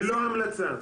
ללא המלצה.